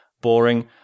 boring